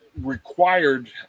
required